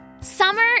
Summer